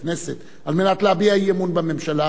הכנסת על מנת להביע אי-אמון בממשלה,